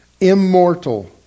immortal